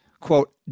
quote